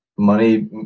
money